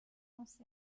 cancer